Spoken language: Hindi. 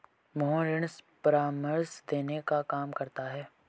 मोहन ऋण परामर्श देने का काम करता है